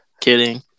kidding